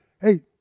hey